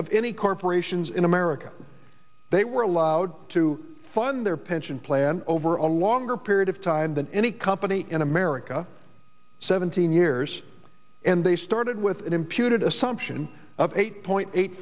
of any corporations in america they were allowed to fund their pension plan over a longer period of time than any company in america seventeen years and they started with an imputed assumption of eight point eight